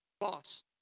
boss